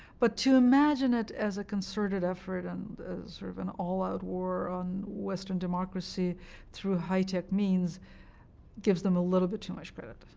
but to imagine it as a concerted effort and as sort of an all-out war on western democracy through high-tech means gives them a little bit too much credit.